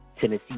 Tennessee